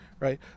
Right